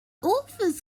authors